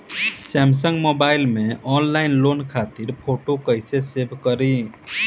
Samsung mobile में online loan खातिर photo कैसे सेभ करीं?